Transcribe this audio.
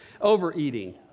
Overeating